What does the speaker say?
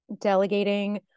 delegating